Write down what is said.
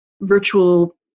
virtual